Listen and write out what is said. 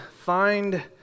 find